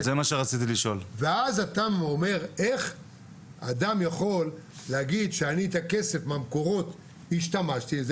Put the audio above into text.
ואז אתה אומר: איך אדם יכול להגיד שאת הכסף מהמקורות השתמשתי הם